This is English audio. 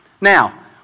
Now